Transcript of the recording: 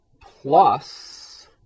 plus